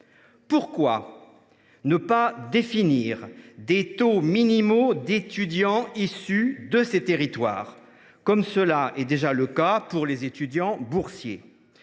Pourquoi ne pas définir des taux minimaux d’étudiants issus de ces territoires, comme c’est déjà le cas pour les boursiers ?